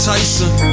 Tyson